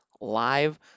live